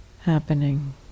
happening